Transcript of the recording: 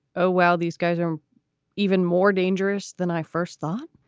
oh, well, these guys are even more dangerous than i first thought?